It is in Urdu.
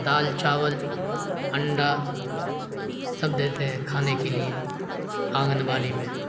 دال چاول انڈا سب دیتے ہیں کھانے کے لیے آنگن واڑی میں